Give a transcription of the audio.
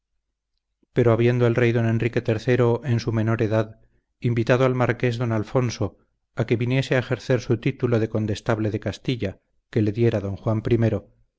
pero habiendo el rey don enrique iii en su menor edad invitado al marqués don alfonso a que viniese a ejercer su título de condestable de castilla que le diera don juan